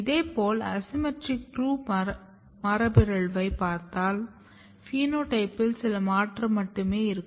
இதேபோல் ASYMMETRIC2 மரபுபிறழ்வைப் பார்த்தால் பினோடைப்பில் சில மாற்றம் மட்டுமே இருக்கும்